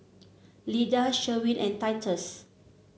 Lyda Sherwin and Titus